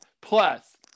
plus